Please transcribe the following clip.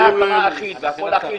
הכול אחיד,